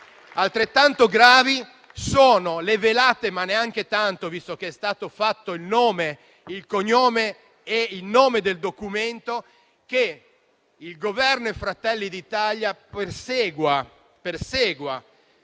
Altrettanto gravi sono le velate - ma neanche tanto, visto che sono stati fatti il nome, il cognome e il nome del documento - accuse al Governo e a Fratelli d'Italia di perseguire,